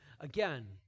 again